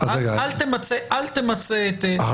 "אל תמצה את --- לא,